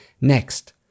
Next